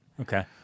Okay